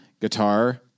guitar